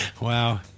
Wow